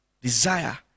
Desire